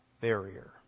barrier